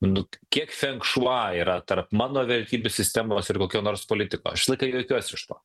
nu kiek fengšua yra tarp mano vertybių sistemos ir kokio nors politiko aš visą laiką juokiuosi iš to